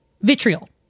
vitriol